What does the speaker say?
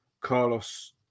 Carlos